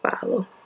follow